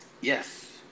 Yes